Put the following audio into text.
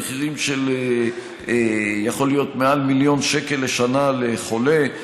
למחירים של מעל מיליון שקל לשנה לחולה.